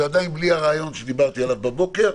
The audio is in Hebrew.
עדיין בלי הרעיון שדיברתי עליו בבוקר,